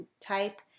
type